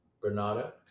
Granada